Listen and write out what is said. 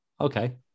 Okay